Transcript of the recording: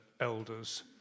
elders